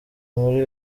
muri